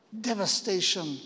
devastation